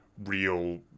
real